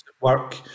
work